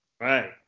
right